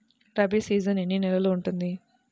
Rabi season ఎన్ని నెలలు ఉంటుంది?